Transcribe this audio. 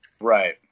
right